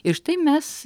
ir štai mes